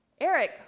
Eric